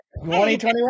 2021